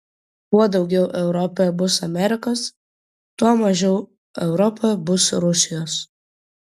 kuo daugiau europoje bus amerikos tuo mažiau europoje bus rusijos